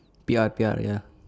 P_R P_R ya